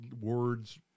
words